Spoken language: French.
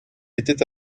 était